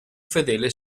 fedele